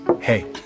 Hey